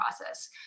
process